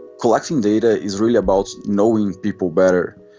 collecting data is really about knowing people better.